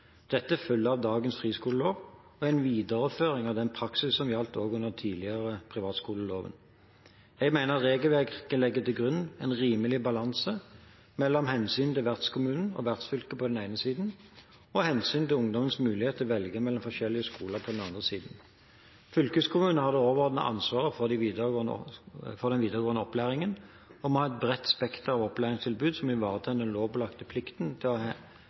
Dette følger av dagens friskolelov og er en videreføring av den praksis som gjaldt under den tidligere privatskoleloven. Jeg mener regelverket legger til grunn en rimelig balanse mellom hensynet til vertskommunen og vertsfylket på den ene siden og hensynet til ungdommens muligheter til å velge mellom forskjellige skoler på den andre siden. Fylkeskommunen har det overordnede ansvaret for den videregående opplæringen og må ha et bredt spekter av opplæringstilbud som ivaretar den lovpålagte plikten til å